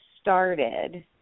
started